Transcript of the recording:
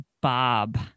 Bob